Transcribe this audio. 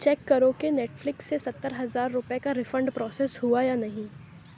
check کرو کہ Netflix سے ستر ہزار روپے کا ریفنڈ پروسیس ہوا یا نہیں